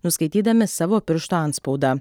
nuskaitydami savo piršto antspaudą